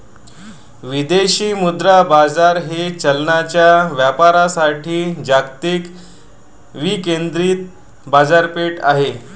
विदेशी मुद्रा बाजार हे चलनांच्या व्यापारासाठी जागतिक विकेंद्रित बाजारपेठ आहे